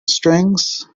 strings